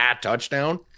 touchdown